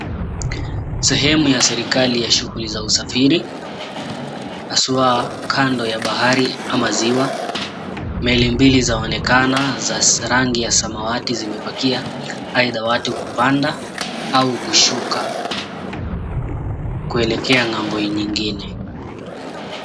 Sehemu ya serikali ya shughuli za usafiri, haswa kando ya bahari ama ziwa. Meli mbili zaonekana za rangi ya samawati zimepakia, aidha watu kupanda au kushuka kuelekea ng'ambo nyingine.